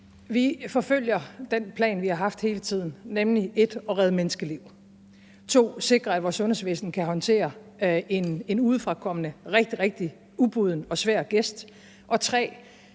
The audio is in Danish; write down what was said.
Vi forfølger den plan, vi har haft hele tiden, nemlig 1) at redde menneskeliv, 2) at sikre, at vores sundhedsvæsen kan håndtere en udefrakommende rigtig, rigtig ubuden og svær gæst, og